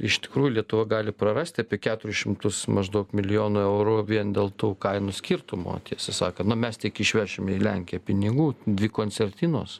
iš tikrųjų lietuva gali prarasti apie keturis šimtus maždaug milijonų eurų vien dėl tų kainų skirtumo tiesą sakant na mes tiek išvešime į lenkiją pinigų dvi koncertinos